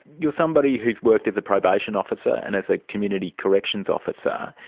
you're somebody who's worked as a probation officer and as a community corrections officer,